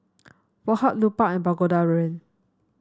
Woh Hup Lupark and Pagoda Brand